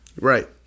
Right